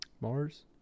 Mars